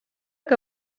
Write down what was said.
que